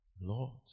Lord